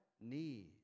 need